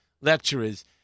lecturers